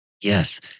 Yes